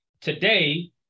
Today